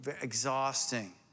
exhausting